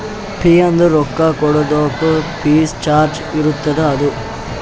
fee ಅಂದುರ್ ರೊಕ್ಕಾ ಕೊಡೋದು ಫಿಕ್ಸ್ ಚಾರ್ಜ್ ಇರ್ತುದ್ ಅದು